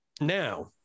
Now